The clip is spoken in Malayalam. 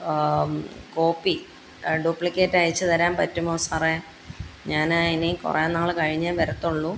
കോപ്പി ഡ്യൂപ്ലിക്കേറ്റയച്ച് തരാൻ പറ്റുമോ സാറേ ഞാൻ ഇനി കുറെ നാൾ കഴിഞ്ഞേ വരത്തുള്ളൂ